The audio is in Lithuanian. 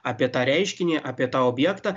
apie tą reiškinį apie tą objektą